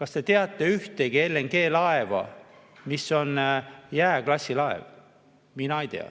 Kas te teate ühtegi LNG laeva, mis on jääklassilaev? Mina ei tea.